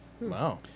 Wow